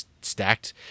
stacked